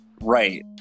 Right